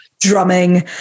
drumming